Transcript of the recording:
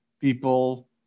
people